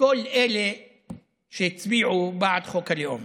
וכל אלה שהצביעו בעד חוק הלאום.